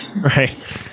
Right